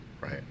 Right